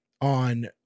on